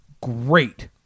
Great